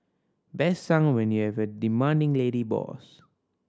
best sung when you have a demanding lady boss